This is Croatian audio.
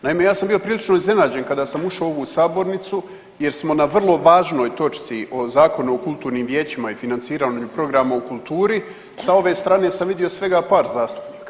Naime, ja sam bio prilično iznenađen kada sam ušao u ovu sabornicu jer smo na vrlo važnoj točci o Zakonu o kulturnim vijećima i financiranja programa u kulturi, sa ove strane sam vidio svega par zastupnika.